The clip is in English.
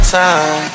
time